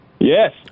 yes